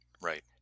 Right